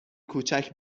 کوچک